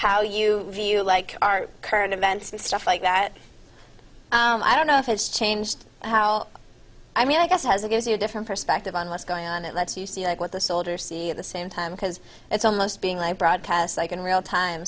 how you view like our current events and stuff like that i don't know if it's changed how i mean i guess has it gives you a different perspective on what's going on it lets you see what the soldiers see at the same time because it's almost being like broadcast like in real time